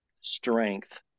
strength